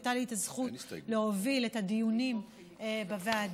הייתה לי הזכות להוביל את הדיונים בוועדה,